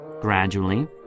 Gradually